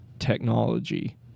technology